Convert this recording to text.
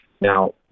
Now